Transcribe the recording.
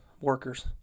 workers